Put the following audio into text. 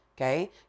okay